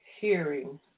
hearing